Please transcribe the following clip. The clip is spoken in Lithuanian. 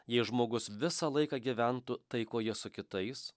jei žmogus visą laiką gyventų taikoje su kitais